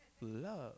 Love